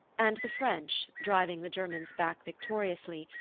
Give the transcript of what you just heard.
and the french, driving the germans back victoriously,